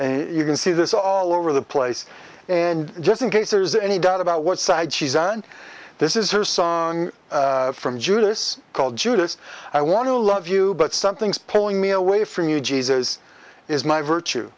and you can see this all over the place and just in case there's any doubt about what side she's on this is her son from judas called judas i want to love you but something's pulling me away from you jesus is my virtue